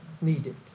needed